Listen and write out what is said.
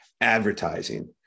advertising